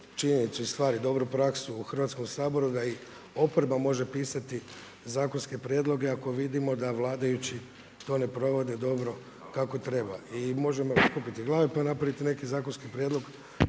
i stvari, dobru praksu u Hrvatskom saboru da i oporba može pisati zakonske prijedloge ako vidimo da vladajući to ne provode dobro kako treba. I možemo skupiti glave pa napraviti neki zakonski prijedlog